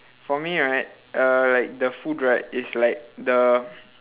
for me right err like the food right is like the